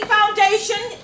Foundation